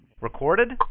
Recorded